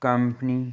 company